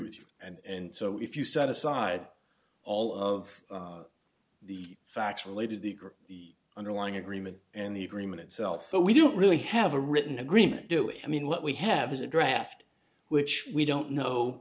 with you and so if you set aside all of the facts related the group the underlying agreement and the agreement itself but we don't really have a written agreement do it i mean what we have is a draft which we don't know